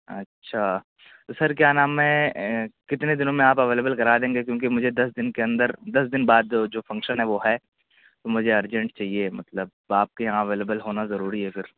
اچھا تو سر کیا نام ہے کتنے دنوں میں آپ اویلیبل کرا دیں گے کیوںکہ مجھے دس دن کے اندر دس دن بعد جو فنکشن ہے وہ ہے تو مجھے ارجنٹ چاہیے مطلب تو آپ کے یہاں اویلیبل ہونا ضروری ہے پھر